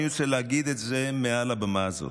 אני רוצה להגיד את זה מעל הבמה הזאת,